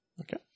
Okay